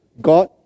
God